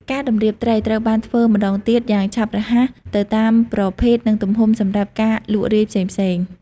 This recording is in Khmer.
ការតម្រៀបត្រី ត្រូវបានធ្វើម្តងទៀតយ៉ាងឆាប់រហ័សទៅតាមប្រភេទនិងទំហំសម្រាប់ការលក់រាយផ្សេងៗ។